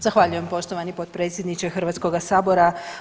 Zahvaljujem poštovani potpredsjedniče Hrvatskoga sabora.